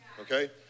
Okay